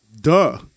Duh